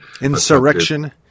Insurrection